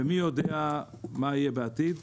ומי יודע מה יהיה בעתיד.